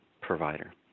provider